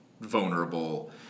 vulnerable